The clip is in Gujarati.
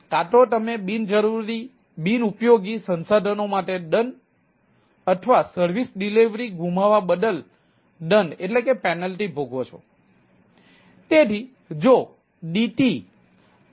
કાં તો તમે બિનઉપયોગી સંસાધનો માટે દંડ અથવા સર્વિસ ડિલિવરી ગુમાવવા બદલ દંડ ભોગવો છો